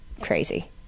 crazy